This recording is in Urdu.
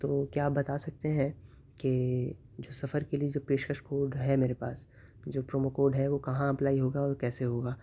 تو کیا آپ بتا سکتے ہیں کہ جو سفر کے لیے جو پیشکش کوڈ ہے میرے پاس جو پرومو کوڈ ہے وہ کہاں اپلائی ہوگا اور کیسے ہوگا